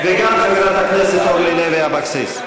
וגם חברת הכנסת אורלי לוי אבקסיס.